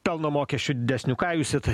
pelno mokesčių didesnių ką jūs į tai